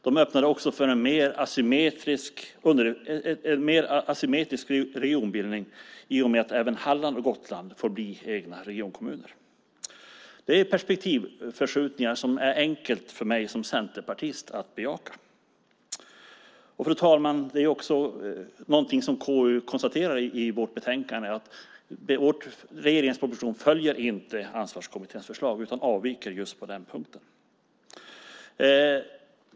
De öppnar också för en mer asymmetrisk regionbildning i och med att även Halland och Gotland får bli egna regionkommuner. Det är perspektivförskjutningar som det är enkelt för mig som centerpartist att bejaka. Fru talman! KU konstaterar också i betänkandet att regeringens proposition inte följer Ansvarskommitténs förslag utan avviker just på den punkten.